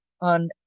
on